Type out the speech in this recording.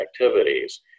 activities